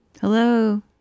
Hello